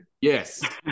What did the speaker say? Yes